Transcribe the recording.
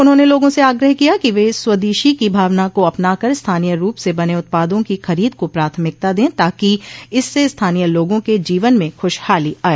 उन्होंने लोगों से आग्रह किया कि वे स्वदेशी की भावना को अपनाकर स्थानीय रूप से बने उत्पादों की खरीद को प्राथमिकता दें ताकि इससे स्थानीय लोगों के जीवन में खुशहाली आए